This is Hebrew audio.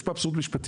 יש פה אבסורד משפטי.